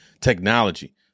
technology